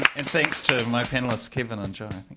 and thanks to my panelists, kevin and